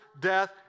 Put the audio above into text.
death